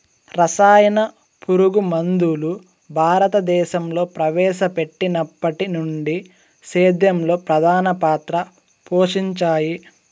రసాయన పురుగుమందులు భారతదేశంలో ప్రవేశపెట్టినప్పటి నుండి సేద్యంలో ప్రధాన పాత్ర పోషించాయి